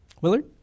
Willard